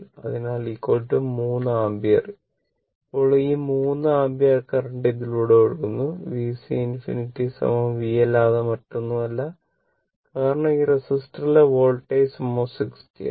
അതിനാൽ 3 ആമ്പിയർ അപ്പോൾ ഈ 3 ആമ്പിയർ കറന്റ് ഇതിലൂടെ ഒഴുകുന്നു VC∞ V അല്ലാതെ മറ്റൊന്നുമല്ല കാരണം ഈ റെസിസ്റ്ററിലേ വോൾട്ടേജ് 60 ആണ്